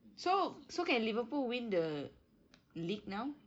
so so can liverpool win the league now